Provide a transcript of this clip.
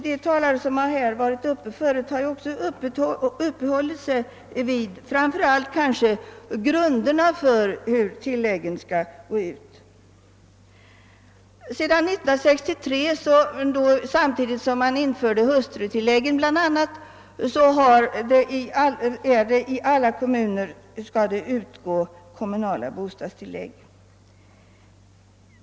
De talare som har framträtt här har mest uppehållit sig vid grunderna för beräkning av tilläggen. Sedan 1963, samtidigt som bl.a. hustrutilläggen infördes, skall det i alla kommuner betalas kommunala bostadstillägg.